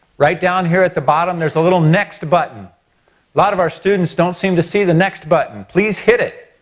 right down here at the bottom there's a little next button. a lot of our students don't seem to see the next button. please hit it.